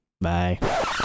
Bye